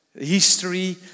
history